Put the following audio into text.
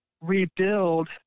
rebuild